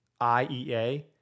IEA